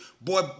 boy